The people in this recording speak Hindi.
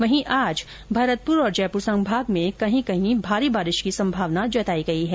वहीं आज भरतपुर और जयपुर संभाग में कहीं कहीं भारी बारिश की संभावना जताई गई है